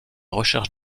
recherche